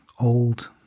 old